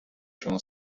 się